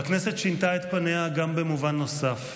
הכנסת שינתה את פניה במובן נוסף: